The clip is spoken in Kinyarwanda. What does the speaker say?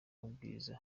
ubwiza